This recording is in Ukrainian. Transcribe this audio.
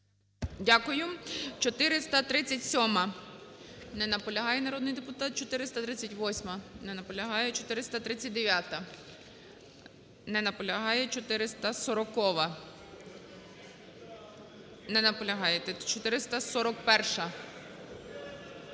Дякую. 437-а. Не наполягає народний депутат. 438-а. Не наполягає. 439-а. Не наполягає. 440-а. Не наполягаєте.